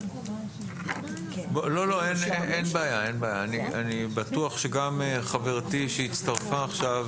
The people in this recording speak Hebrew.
אני בטוח שגם חברתי שהצטרפה עכשיו,